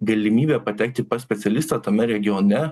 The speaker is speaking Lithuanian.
galimybę patekti pas specialistą tame regione